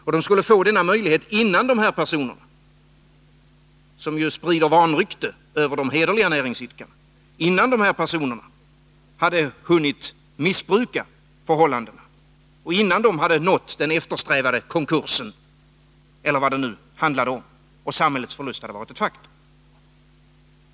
Och man skulle få denna möjlighet innan de här personerna, som ju sprider vanrykte över de hederliga näringsidkarna, hade hunnit missbruka gällande regler och innan de hade nått den eftersträvade konkursen eller vad det nu handlar om. Man skulle alltså ha kunnat ingripa innan samhällets förlust hade varit ett faktum.